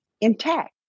intact